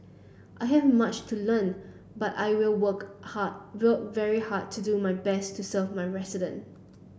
I have much to learn but I will work hard well very hard to do my best to serve my resident